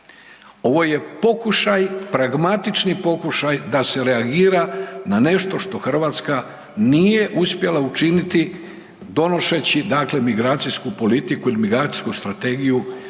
ovo je pokušaj pragmatični pokušaj da se reagira na nešto što Hrvatska nije uspjela učiniti donoseći migracijsku politiku ili migracijsku strategiju.